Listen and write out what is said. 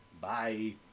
Bye